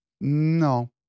No